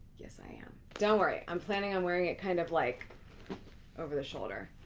yes i am. don't worry, i'm planning on wearing it kind of like over the shoulder.